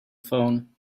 phone